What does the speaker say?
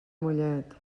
mollet